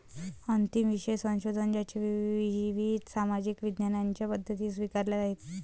अंतिम विषय संशोधन ज्याने विविध सामाजिक विज्ञानांच्या पद्धती स्वीकारल्या आहेत